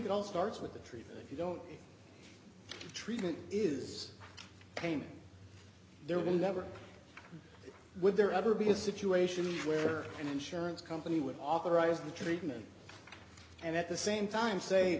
it all starts with the tree you don't treatment is payment there will never would there ever be a situation where an insurance company would authorize the treatment and at the same time say